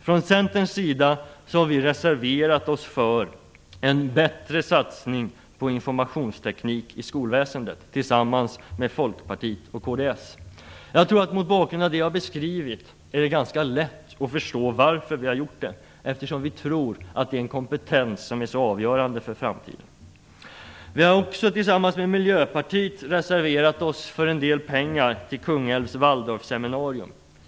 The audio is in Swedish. Vi i Centern har tillsammans med Folkpartiet och kds reserverat oss för en bättre satsning på informationsteknik i skolväsendet. Mot bakgrund av det jag har beskrivit är det ganska lätt att förstå varför vi har gjort det. Vi tror att det är en kompetens som är avgörande för framtiden. Vi har också tillsammans med Miljöpartiet reserverat oss för en del pengar till Kungälvs Waldorfseminarium.